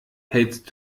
hältst